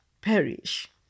perish